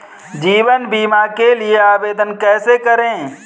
जीवन बीमा के लिए आवेदन कैसे करें?